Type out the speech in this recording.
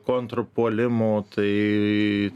kontrpuolimo tai